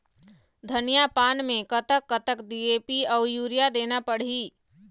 धनिया पान मे कतक कतक डी.ए.पी अऊ यूरिया देना पड़ही?